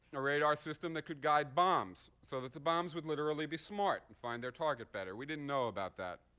a radar system that could guide bombs so that the bombs would literally be smart and find their target better. we didn't know about that.